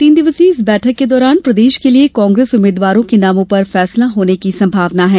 तीन दिवसीय इस बैठक के दौरान प्रदेश के लिये कांग्रेस उम्मीदवारों के नामों पर फैसला होने की संभावना है